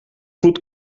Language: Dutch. goed